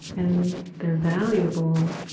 and they're valuable.